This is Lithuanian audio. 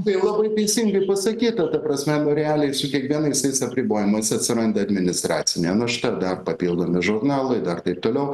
tai labai teisingai pasakyta ta prasme nu realiai su kiekvienais tais apribojimas atsiranda administracinė našta dar papildomi žurnalai dar taip toliau